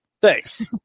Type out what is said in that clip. thanks